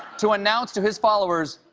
to announce to his followers,